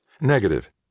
Negative